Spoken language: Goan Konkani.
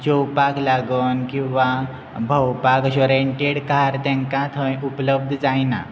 जेवपाक लागून किंवां भोंवपाक अशो रेंटेड कार तांका थंय उपलब्ध जायना